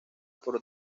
por